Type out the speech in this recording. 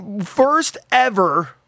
first-ever